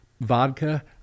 vodka